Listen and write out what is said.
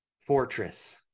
fortress